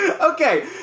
okay